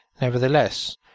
Nevertheless